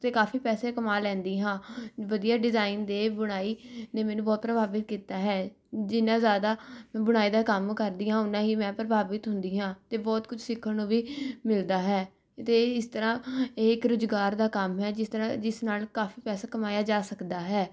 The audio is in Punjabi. ਅਤੇ ਕਾਫ਼ੀ ਪੈਸੇ ਕਮਾ ਲੈਦੀ ਹਾਂ ਵਧੀਆ ਡਿਜਾਈਨ ਦੇ ਬੁਣਾਈ ਨੇ ਮੈਨੂੰ ਬਹੁਤ ਪ੍ਰਭਾਵਿਤ ਕੀਤਾ ਹੈ ਜਿੰਨਾ ਜ਼ਿਆਦਾ ਬੁਣਾਈ ਦਾ ਕੰਮ ਕਰਦੀ ਹਾਂ ਓਨਾ ਹੀ ਮੈਂ ਪ੍ਰਭਾਵਿਤ ਹੁੰਦੀ ਹਾਂ ਅਤੇ ਬਹੁਤ ਕੁਝ ਸਿੱਖਣ ਨੂੰ ਵੀ ਮਿਲਦਾ ਹੈ ਅਤੇ ਇਸ ਤਰ੍ਹਾਂ ਇਹ ਇੱਕ ਰੁਜ਼ਗਾਰ ਦਾ ਕੰਮ ਹੈ ਜਿਸ ਤਰ੍ਹਾਂ ਜਿਸ ਨਾਲ ਕਾਫ਼ੀ ਪੈਸਾ ਕਮਾਇਆ ਜਾ ਸਕਦਾ ਹੈ